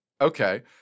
Okay